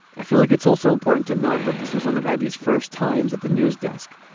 i feel like it's also important to note that this was one of abby's first times at the news desk.